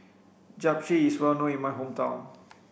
Japchae is well known in my hometown